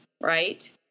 right